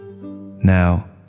now